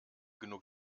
genug